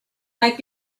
might